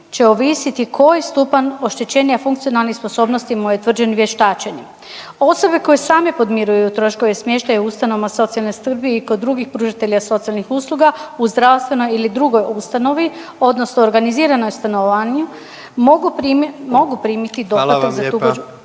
Hvala vam lijepa.